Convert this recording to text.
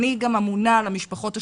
אני גם אמונה על המשפחות השכולות,